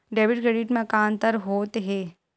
Debit credit मा का अंतर होत हे?